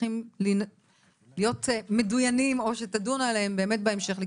צריכים לדון עליהם בהמשך.